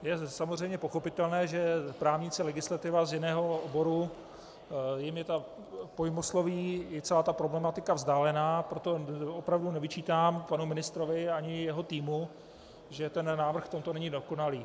Je samozřejmě pochopitelné, že právníci a legislativa z jiného oboru, jim je to pojmosloví i celá ta problematika vzdálená, proto opravdu nevyčítám panu ministrovi ani jeho týmu, že ten návrh není dokonalý.